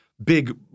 Big